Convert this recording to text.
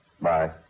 Bye